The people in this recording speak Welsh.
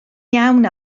iawn